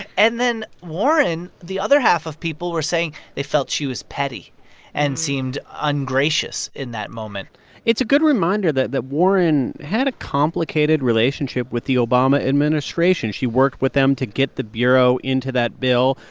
and then warren the other half of people were saying they felt she was petty and seemed ungracious in that moment it's a good reminder that that warren had a complicated relationship with the obama administration. she worked with them to get the bureau into that bill.